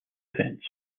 events